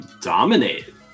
dominated